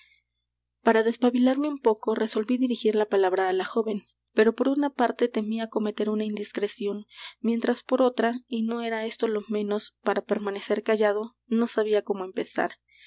para despabilarme un poco resolví dirigir la palabra á la joven pero por una parte temía cometer una indiscreción mientras por otra y no era esto lo menos para permanecer callado no sabía cómo empezar